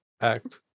act